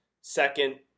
second